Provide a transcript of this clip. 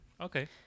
Okay